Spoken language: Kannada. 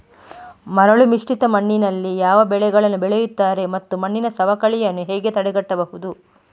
ಮರಳುಮಿಶ್ರಿತ ಮಣ್ಣಿನಲ್ಲಿ ಯಾವ ಬೆಳೆಗಳನ್ನು ಬೆಳೆಯುತ್ತಾರೆ ಮತ್ತು ಮಣ್ಣಿನ ಸವಕಳಿಯನ್ನು ಹೇಗೆ ತಡೆಗಟ್ಟಬಹುದು?